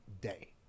day